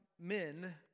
men